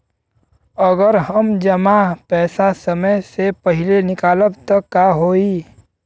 अगर हम जमा पैसा समय से पहिले निकालब त का होई?